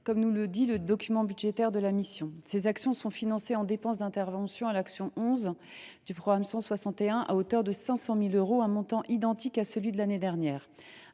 comme le précise le document budgétaire de la mission. Ces actions sont financées en dépenses d’intervention à l’action n° 11 du programme 161 « Sécurité civile » à hauteur de 500 000 euros, soit un montant identique à celui de l’année dernière.